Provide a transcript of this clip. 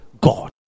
God